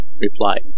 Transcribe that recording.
replied